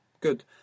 Good